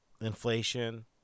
inflation